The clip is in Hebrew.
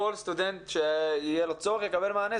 כל סטודנט שיהיה לו צורך, יקבל מענה.